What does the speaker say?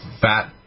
fat